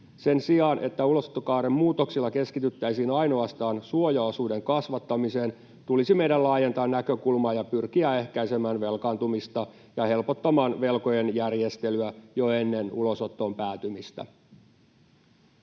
Sen sijaan, että ulosottokaaren muutoksilla keskityttäisiin ainoastaan suojaosuuden kasvattamiseen, tulisi meidän laajentaa näkökulmaa ja pyrkiä ehkäisemään velkaantumista ja helpottamaan velkojen järjestelyä jo ennen ulosottoon päätymistä.